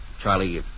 Charlie